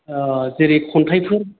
जेरै खन्थाइफोर